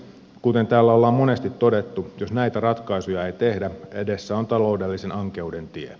kuten täällä ollaan monesti todettu jos näitä ratkaisuja ei tehdä edessä on taloudellisen ankeuden tie